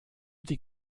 die